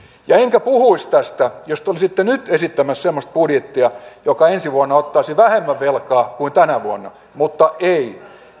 en puhuisi tästä jos te olisitte nyt esittämässä semmoista budjettia joka ensi vuonna ottaisi vähemmän velkaa kuin tänä vuonna mutta ei